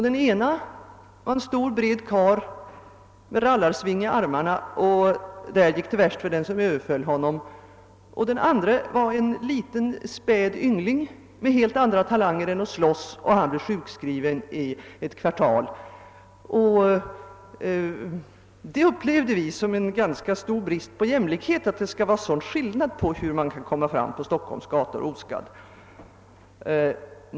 Den ene är en stor bred karl med rallarsving i armarna, och det gick värst för den som Ööverföll honom. Den andre däremot är en liten späd yngling med helt andra talanger än att slåss, och han blev sjukskriven ett kvartal. Jag uppfattar det som brist på jämlikhet att det skall vara sådan skillnad på möjligheterna att oskadd ta sig fram på Stockholms gator.